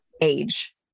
age